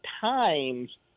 times